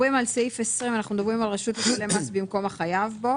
בסעיף 20 לחוק מס ערך מוסף מדובר על "הרשות תשלם מס במקום החייב בו",